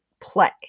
play